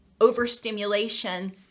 overstimulation